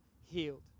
healed